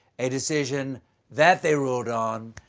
a decision that they ruled on.